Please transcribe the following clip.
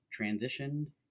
transitioned